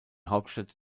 hauptstadt